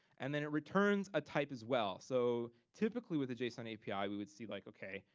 and then it returns a type as well. so typically with a json api we would see, like, okay,